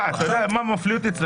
אתה יודע מה מפליא אותי אצלך?